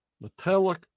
Metallic